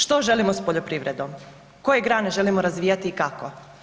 Što želimo s poljoprivredom, koje grane želimo razvijati i kako?